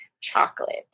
Chocolate